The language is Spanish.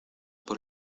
por